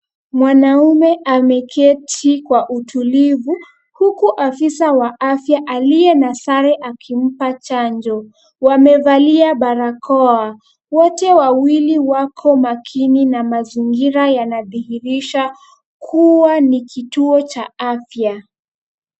Mwanaume ameketi kwa utulivu, huku afisa wa afya aliye na sare akimpa chanjo. Wamevalia barakoa. Wote wawili wako makini na mazingira yanadhihirisha kuwa ni kituo cha afya.